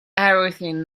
everything